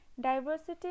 diversity